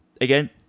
again